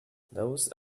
those